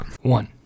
One